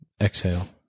Exhale